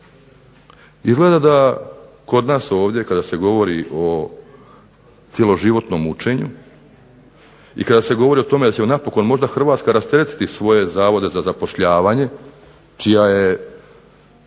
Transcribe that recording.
Izgleda da kod nas ovdje kada se govori o cjeloživotnom učenju i kada se govori da će Hrvatska možda rasteretiti svoje Zavode za zapošljavanje, čija je